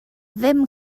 ddim